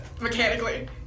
Mechanically